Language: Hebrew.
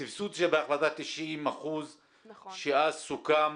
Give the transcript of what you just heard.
סבסוד זה בהחלטה, 90% שאז סוכם